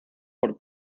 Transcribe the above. por